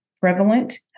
prevalent